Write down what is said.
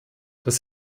dass